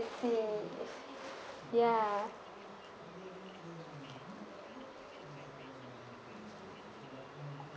ya